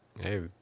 Hey